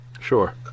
Sure